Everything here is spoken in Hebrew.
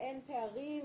ושאין פערים,